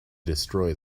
destroy